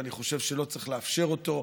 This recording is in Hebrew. ואני חושב שלא צריך לאפשר אותו.